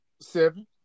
Seven